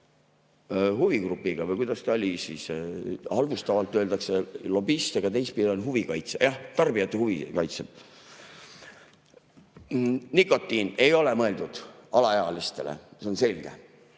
huvigrupiga. Või kuidas ta oli? Halvustavalt öeldakse lobist, aga teistpidi on huvikaitsja. Jah, tarbijate huvi kaitsja. Nikotiin ei ole mõeldud alaealistele, see on selge.